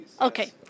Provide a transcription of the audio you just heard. Okay